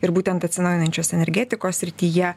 ir būtent atsinaujinančios energetikos srityje